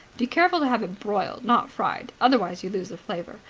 be careful to have it broiled, not fried. otherwise you lose the flavour.